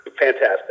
fantastic